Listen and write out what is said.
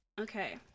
Okay